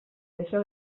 deixa